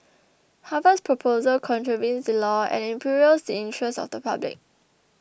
Harvard's proposal contravenes the law and imperils the interest of the public